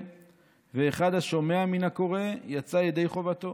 ואחד השומע מן הקורא יצא ידי חובתו